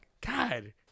God